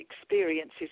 experiences